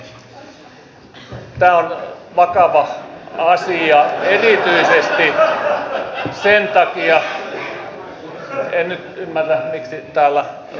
tämä on vakava asia erityisesti sen takia en nyt ymmärrä miksi täällä nauretaan